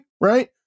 Right